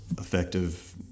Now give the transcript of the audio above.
effective